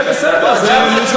זה בסדר.